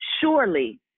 surely